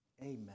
Amen